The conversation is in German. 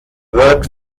wird